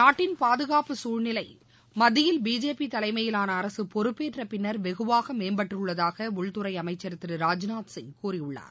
நாட்டின் பாதுகாப்பு சூழ்நிலை மத்தியில் பிஜேபி தலைமையிலான அரசு பொறுப்பேற்ற பின்னர் வெகுவாக மேம்பட்டுள்ளதாக உள்துறை அமைச்சர் திரு ராஜ்நாத்சிங் கூறியுள்ளார்